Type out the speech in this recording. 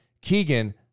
Keegan